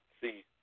See